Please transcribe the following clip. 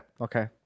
Okay